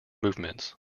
movements